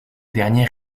derniers